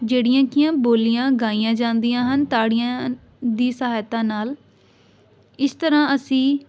ਜਿਹੜੀਆਂ ਕੀ ਆ ਬੋਲੀਆਂ ਗਾਈਆਂ ਜਾਂਦੀਆਂ ਹਨ ਤਾੜੀਆਂ ਦੀ ਸਹਾਇਤਾ ਨਾਲ ਇਸ ਤਰ੍ਹਾਂ ਅਸੀਂ